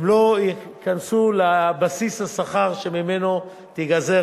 הן לא ייכנסו לבסיס השכר שממנו תיגזר